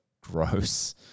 gross